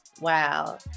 Wow